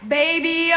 baby